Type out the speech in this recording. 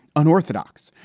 unorthodox.